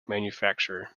manufacturer